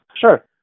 Sure